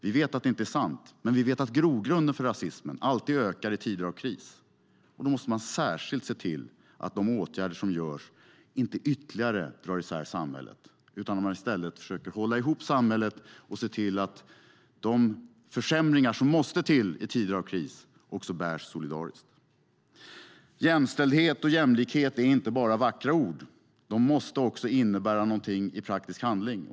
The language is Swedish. Vi vet att det inte är sant. Men vi vet att grogrunden för rasismen alltid ökar i tider av kris. Då måste man särskilt se till att de åtgärder som görs inte ytterligare drar isär samhället. Man måste i stället försöka hålla ihop samhället och se till att de försämringar som måste till i tider av kris också bärs solidariskt. Jämställdhet och jämlikhet är inte bara vackra ord. De måste också innebära något i praktisk handling.